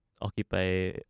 occupy